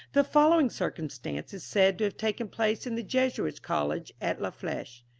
the following circumstance is said to have taken place in the jesuits' college at la fleche.